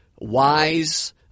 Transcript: wise